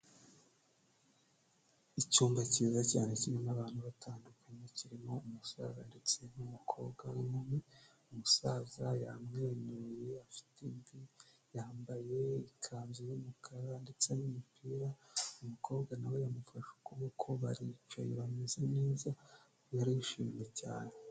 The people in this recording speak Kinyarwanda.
Icyumba cyiza cyane kirimo abantu batandukanye, kirimo umusaza ndetse n'umukobwa w'inkumi, umusaza yamwenyuye afite imvi, yambaye ikanzu y'umukara ndetse n'umipira, umukobwa nawe yamufashe ukuboko baricaye bameze neza barishimye cyane.